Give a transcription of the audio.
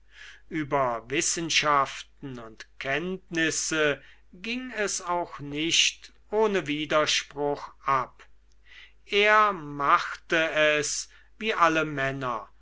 über wissenschaften und kenntnisse ging es auch nicht ohne widerspruch ab er machte es wie alle männer